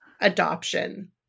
adoption